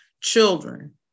children